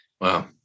Wow